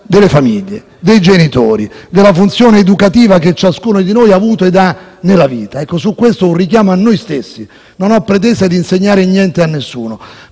delle famiglie, dei genitori, della funzione educativa che ciascuno di noi ha avuto ed ha nella vita. Su questo faccio un richiamo a noi stessi. Non ho pretese di insegnare niente a nessuno,